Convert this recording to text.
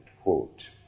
quote